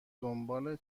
دنبال